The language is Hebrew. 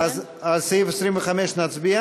אז על סעיף 25 נצביע?